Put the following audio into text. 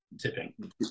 tipping